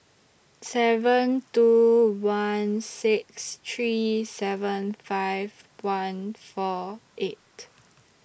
seven two one six three seven five one four eight